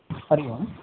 हरिः ओम्